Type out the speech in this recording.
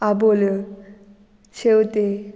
आबोलें शेंवतें